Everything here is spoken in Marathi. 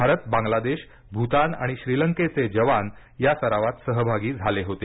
भारत बांगलादेश भूतान आणि श्रीलंकेचे जवान या सरावात सहभागी झाले होते